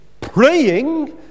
praying